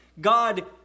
God